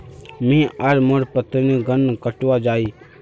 मी आर मोर पत्नी गन्ना कटवा जा छी